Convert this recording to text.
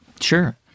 Sure